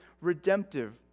redemptive